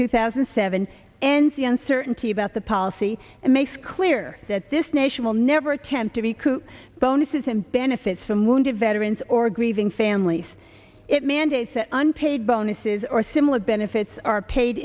two thousand and seven and see uncertainty about the policy it makes clear that this nation will never attempt to recruit bonuses and benefits from wounded veterans or grieving families it mandates that unpaid bonuses or similar benefits are paid